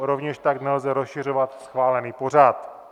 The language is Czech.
Rovněž tak nelze rozšiřovat schválený pořad.